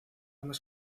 más